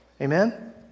Amen